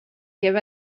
give